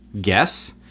guess